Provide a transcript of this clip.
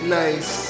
nice